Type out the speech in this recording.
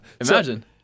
Imagine